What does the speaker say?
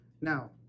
Now